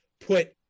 put